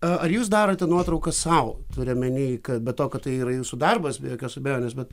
a ar jūs darote nuotraukas sau turiu omeny kad be to kad tai yra jūsų darbas be jokios abejonės bet